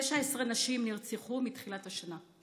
19 נשים נרצחו מאז תחילת השנה.